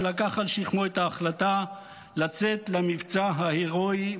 שלקח על שכמו את ההחלטה לצאת למבצע ההרואי,